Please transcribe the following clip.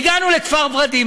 הגענו לכפר ורדים,